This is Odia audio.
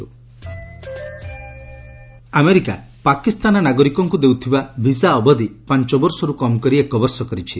US Pak visa America Pakistan ନାଗରିକଙ୍କୁ ଦେଉଥିବା ଭିଜା ଅବଧି ପାଞ୍ଚ ବର୍ଷକୁ କମ୍ କରି ଏକ ବର୍ଷ କରିଛି